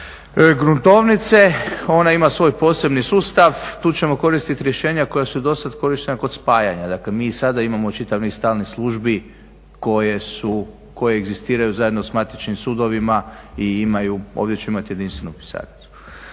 gruntovnice, ona ima svoj posebni sustav, tu ćemo koristiti rješenja koja su i do sada korištenja kod spajanja. Dakle, mi i sada imamo čitav niz stalnih službi koje su, koje egzistiraju zajedno sa matičnim sudovima i imaju, ovdje će ima jedinstvenu pisarnicu.